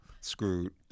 screwed